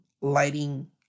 lighting